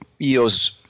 EOS